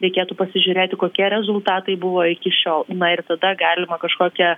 reikėtų pasižiūrėti kokie rezultatai buvo iki šiol na ir tada galima kažkokią